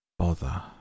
Bother